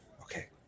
okay